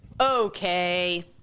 Okay